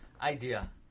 idea